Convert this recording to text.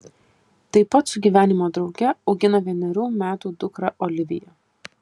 tai pat su gyvenimo drauge augina vienerių metų dukrą oliviją